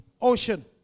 ocean